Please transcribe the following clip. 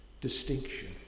distinction